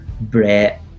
Brett